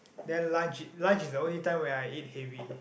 then lunch lunch is the only time when I eat heavy